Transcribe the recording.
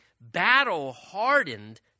battle-hardened